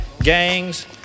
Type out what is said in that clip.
gangs